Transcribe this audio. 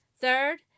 Third